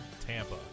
TAMPA